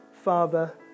Father